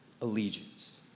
allegiance